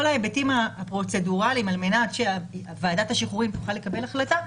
כל ההיבטים הפרוצדורליים על מנת שוועדת השחרורים תוכל לקבל החלטה,